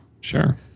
sure